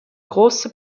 große